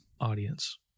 audience